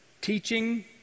teaching